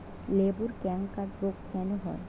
লেবুর ক্যাংকার রোগ কেন হয়?